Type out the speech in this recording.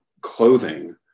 clothing